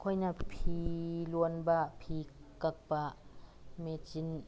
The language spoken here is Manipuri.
ꯑꯩꯈꯣꯏꯅ ꯐꯤ ꯂꯣꯟꯕ ꯐꯤ ꯀꯛꯄ ꯃꯦꯆꯤꯟ